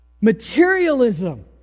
materialism